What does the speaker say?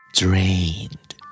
drained